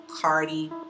Cardi